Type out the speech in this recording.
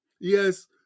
yes